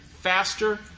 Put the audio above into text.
faster